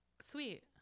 Sweet